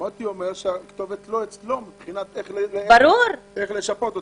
-- מוטי אומר שהכתובת לא אצלו מבחינת איך לשפות אותם.